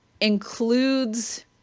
includes